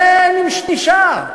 זה נשאר.